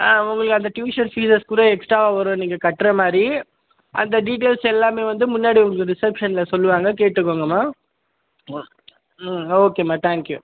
ஆ உங்களுக்கு அந்த tuition fees கூட எக்ஸ்ட்ராவாக வரும் நீங்கள் கட்டுற மாதிரி அந்த டீட்டெய்ல்ஸ் எல்லாமே வந்து முன்னாடி உங்களுக்கு ரிஸப்ஷனில் சொல்லுவாங்க கேட்டுக்கோங்கமா ஓ ம் ஓகேமா தேங்க்யூ